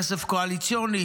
כסף קואליציוני,